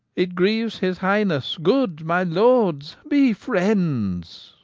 it greeues his highnesse, good my lords, be friends